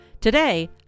Today